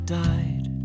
died